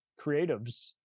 creatives